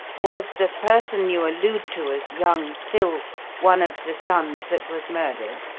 was the person you allude to as young phil one of the sons that was murdered?